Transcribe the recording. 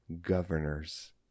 Governors